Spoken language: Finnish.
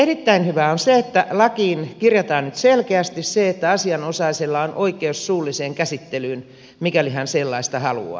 erittäin hyvää on se että lakiin kirjataan nyt selkeästi se että asianosaisella on oikeus suulliseen käsittelyyn mikäli hän sellaista haluaa